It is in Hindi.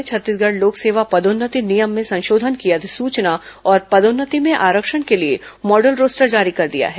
इस संबंध में राज्य शासन द्वारा लोक सेवा पदोन्नति नियम में संशोधन की अधिसूचना और पदोन्नति में आरक्षण के लिए मॉडल रोस्टर जारी कर दिया है